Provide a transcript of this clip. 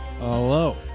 hello